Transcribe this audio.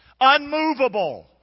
Unmovable